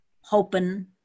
hoping